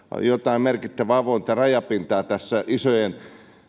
jotain merkittävää avointa rajapintaa tässä isojen